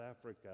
Africa